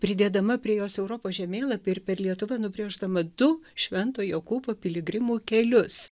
pridedama prie jos europos žemėlapį ir per lietuvą nubrėždama du švento jokūbo piligrimų kelius